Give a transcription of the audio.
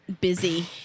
busy